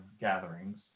gatherings